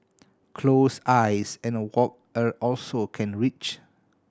close eyes and walk also can reach